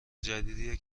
جدیدیه